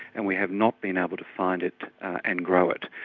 and we have not been able to find it and grow it,